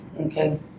okay